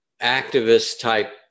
activist-type